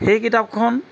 সেই কিতাপখন